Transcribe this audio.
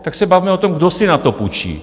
Tak se bavme o tom, kdo si na to půjčí.